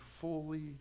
fully